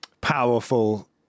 powerful